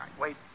wait